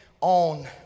on